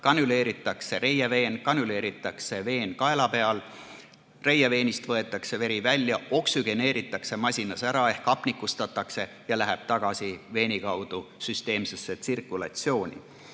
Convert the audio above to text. Kanüleeritakse reieveen, kanüleeritakse veen kaela peal. Reieveenist võetakse veri välja, oksügeneeritakse masinas ära ehk hapnikustatakse ja läheb tagasi veeni kaudu süsteemsesse tsirkulatsiooni.